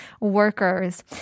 workers